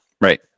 Right